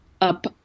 up